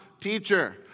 teacher